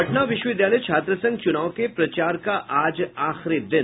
पटना विश्वविद्यालय छात्रसंघ चुनाव के प्रचार का आज आखिरी दिन